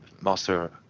master